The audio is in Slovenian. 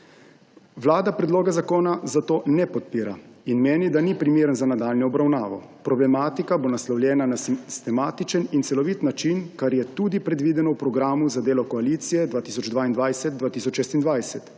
Vlada predloga zakona zato ne podpira in meni, da ni primeren za nadaljnjo obravnavo. Problematika bo naslovljena na sistematičen in celovit način, kar je tudi predvideno v programu za delo koalicije 2022−2026.